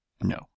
No